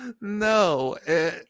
No